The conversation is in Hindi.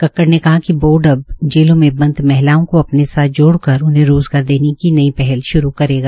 कक्कड़ ने कहा कि बोर्ड अब जेलों में बंद महिलाओं को अपने साथ जोडक़र उन्हे रोजगार देने की नई पहल श्रु करेगा